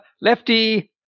Lefty